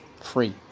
free